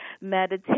meditate